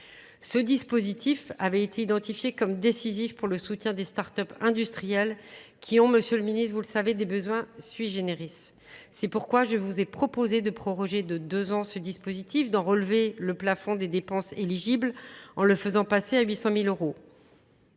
Ce dispositif avait été identifié comme décisif pour le soutien des start-up industriels qui ont, Monsieur le Ministre, vous le savez, des besoins sui generis. C'est pourquoi je vous ai proposé de proroger de deux ans ce dispositif, d'en relever le plafond des dépenses éligibles en le faisant passer à 800 000 euros.